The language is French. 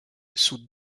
sous